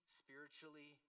spiritually